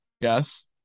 Yes